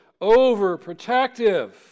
overprotective